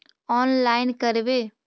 Online करवे?